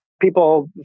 People